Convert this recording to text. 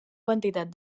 quantitat